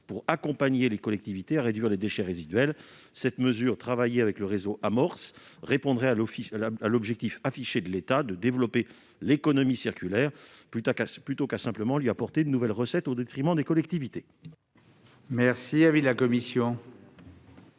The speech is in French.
accompagne les collectivités pour réduire les déchets résiduels. Cette mesure, travaillée avec l'association Amorce, permettrait de répondre à l'objectif affiché par l'État de développer l'économie circulaire, plutôt qu'à simplement lui apporter de nouvelles recettes au détriment des collectivités. Quel est l'avis de la commission